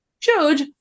judge